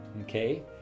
Okay